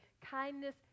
kindness